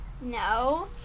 No